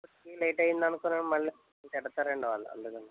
అప్పటికి లేట్ అయిందనుకో మళ్ళీ తిడతారండి వాళ్ళు అందుకని